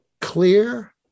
clear